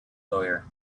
lawyer